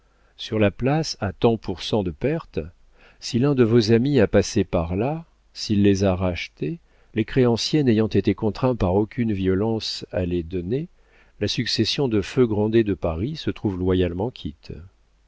sur la place à tant pour cent de perte si l'un de vos amis a passé par là s'il les a rachetés les créanciers n'ayant été contraints par aucune violence à les donner la succession de feu grandet de paris se trouve loyalement quitte